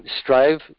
strive